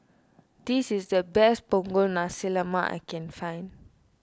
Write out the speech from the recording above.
this is the best Punggol Nasi Lemak I can find